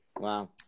Wow